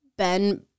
Ben